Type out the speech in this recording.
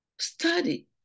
Study